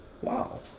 wow